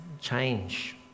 change